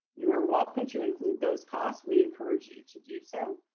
you are welcome to include those costs. we encourage you to do so.